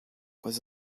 was